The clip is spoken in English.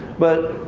but,